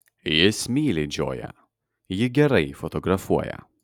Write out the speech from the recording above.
jis myli džoją ji gerai fotografuoja